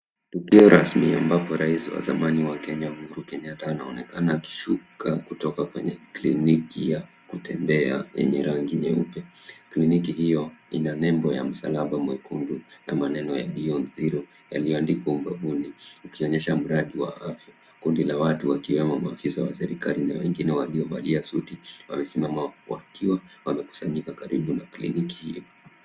Tukio rasmi ambapo rais wa zamani wa Kenya, Uhuru Kenyatta anaonekana akishuka kutoka kwenye kliniki ya kutembea yenye rangi nyeupe. Kliniki hiyo ina nembo ya msalaba mwekundu na maneno ya Beyond Zero yaliyoandikwa ubavuni; ikionyesha mradi wa kundi la watu wakiwemo maafisa wa serikali na wengine waliovalia suti wamesimama wakiwa wamekusanyika karibu na kliniki hiyo.